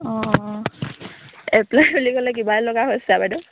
অঁ এপ্লাই বুলি ক'লে কিবাই লগা হৈছে বাইদউ